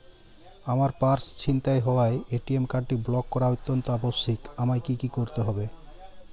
আমার পার্স ছিনতাই হওয়ায় এ.টি.এম কার্ডটি ব্লক করা অত্যন্ত আবশ্যিক আমায় কী কী করতে হবে?